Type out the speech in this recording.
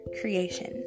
creation